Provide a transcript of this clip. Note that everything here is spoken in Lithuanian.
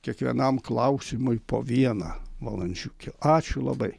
kiekvienam klausimui po vieną valandžiukę ačiū labai